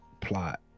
plot